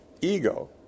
ego